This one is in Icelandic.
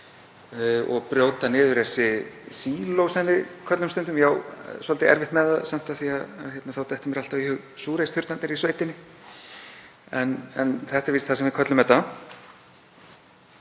og brjóta niður þessi síló, sem við köllum stundum, ég á svolítið erfitt með það samt af því að þá dettur mér alltaf í hug súrheysturnarnir í sveitinni. En þetta er víst það sem við köllum þetta.